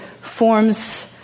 forms